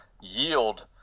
yield